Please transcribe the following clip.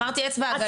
אמרתי אצבע הגליל.